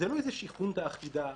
זאת לא חונטה אחידה.